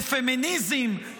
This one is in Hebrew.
בפמיניזם,